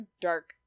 dark